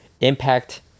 Impact